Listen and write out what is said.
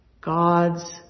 God's